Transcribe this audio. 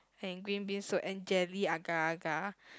and green bean soup and jelly agar agar